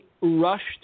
rushed